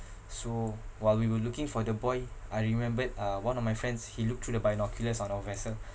so while we were looking for the boy I remembered uh one of my friends he looked through the binoculars on our vessel